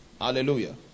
Hallelujah